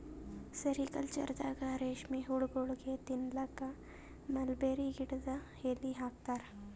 ಸೆರಿಕಲ್ಚರ್ದಾಗ ರೇಶ್ಮಿ ಹುಳಗೋಳಿಗ್ ತಿನ್ನಕ್ಕ್ ಮಲ್ಬೆರಿ ಗಿಡದ್ ಎಲಿ ಹಾಕ್ತಾರ